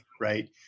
right